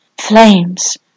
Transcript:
flames